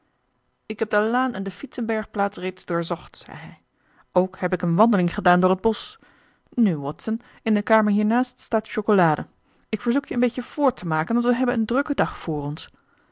ik heb de laan en de fietsenbergplaats reeds doorzocht zei hij ook heb ik een wandeling gedaan door het bosch nu watson in de kamer hiernaast staat chocolade ik verzoek je een beetje voort te maken want wij hebben een drukken dag voor ons